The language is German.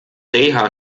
reha